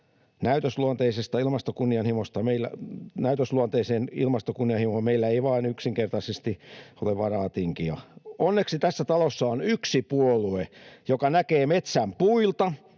Näytösluonteiseen ilmastokunnianhimoon meillä ei vain yksinkertaisesti ole varaa. Onneksi tässä talossa on yksi puolue, joka näkee metsän puilta